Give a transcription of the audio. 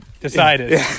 decided